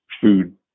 food